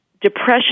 depression